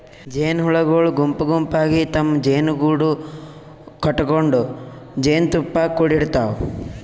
ಜೇನಹುಳಗೊಳ್ ಗುಂಪ್ ಗುಂಪಾಗಿ ತಮ್ಮ್ ಜೇನುಗೂಡು ಕಟಗೊಂಡ್ ಜೇನ್ತುಪ್ಪಾ ಕುಡಿಡ್ತಾವ್